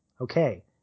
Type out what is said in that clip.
okay